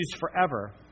forever